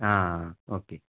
आं हा ओके